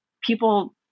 People